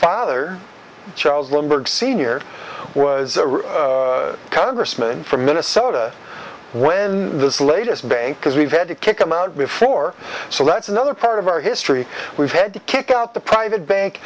father charles lindbergh sr was a congressman from minnesota when this latest bank because we've had to kick him out before so that's another pair our history we've had to kick out the private bank